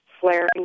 flaring